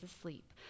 asleep